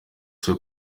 cyo